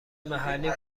محلی